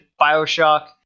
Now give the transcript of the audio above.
Bioshock